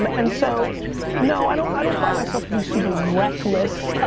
um and so no, i don't i don't find myself to be super reckless.